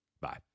Bye